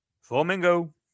Flamingo